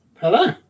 hello